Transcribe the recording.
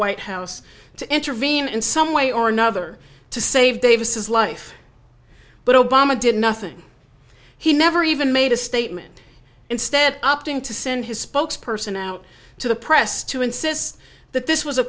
white house to intervene in some way or another to save davis life but obama did nothing he never even made a statement instead opting to send his spokesperson out to the press to insist that this was a